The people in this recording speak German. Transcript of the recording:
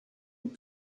und